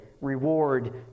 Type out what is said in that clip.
reward